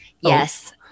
Yes